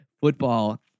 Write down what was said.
football